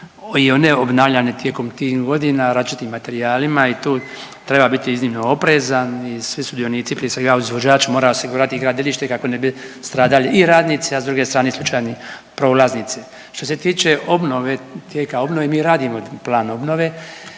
i one obnavljane tijekom tih godina različitim materijalima i tu treba biti iznimno oprezan i svi sudionici prije svega izvođač mora osigurati gradilište kako ne bi stradali i radnici, a s druge strane i slučajni prolaznici. Što se tiče obnove, tijeka obnove mi radimo plan obnove.